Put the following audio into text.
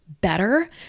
better